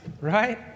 right